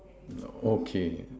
okay